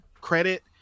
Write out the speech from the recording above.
credit